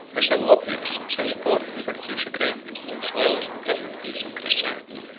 were so obvious, and so important for the future greatness, as well as the present peace, of christianity,